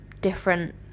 different